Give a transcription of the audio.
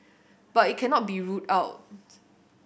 but it cannot be ruled out